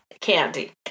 candy